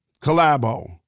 collabo